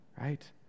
right